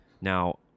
Now